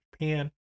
Japan